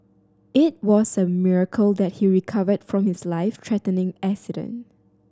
it was a miracle that he recovered from his life threatening accident